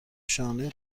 شانه